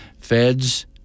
Feds